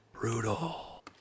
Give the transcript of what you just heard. Brutal